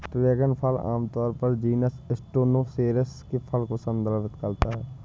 dragon फल आमतौर पर जीनस स्टेनोसेरेस के फल को संदर्भित करता है